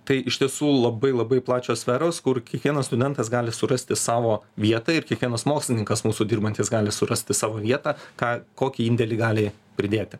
tai iš tiesų labai labai plačios sferos kur kiekvienas studentas gali surasti savo vietą ir kiekvienas mokslininkas mūsų dirbantis gali surasti savo vietą kokį indėlį gali pridėti